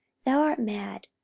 thou art mad.